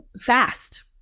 fast